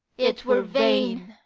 it were vain.